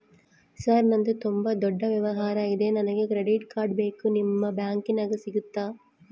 Sir ನಂದು ತುಂಬಾ ದೊಡ್ಡ ವ್ಯವಹಾರ ಇದೆ ನನಗೆ ಕ್ರೆಡಿಟ್ ಕಾರ್ಡ್ ಬೇಕು ನಿಮ್ಮ ಬ್ಯಾಂಕಿನ್ಯಾಗ ಸಿಗುತ್ತಾ?